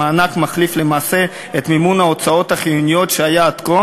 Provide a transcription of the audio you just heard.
המענק מחליף למעשה את מימון ההוצאות החיוניות שהיה עד כה